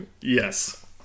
Yes